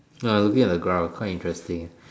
uh I'm looking at the graph quite interesting eh